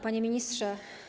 Panie Ministrze!